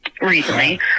recently